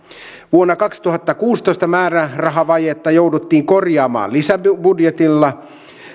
vuonna kaksituhattakuusitoista määrärahavajetta jouduttiin korjaamaan lisäbudjetilla